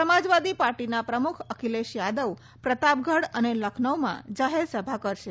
સમાજવાદી પાર્ટીના પ્રમુખ અખિલેશ યાદવ પ્રતાપગઢ અને લખગઉમાં જાહેરસભા કરશે